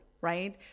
right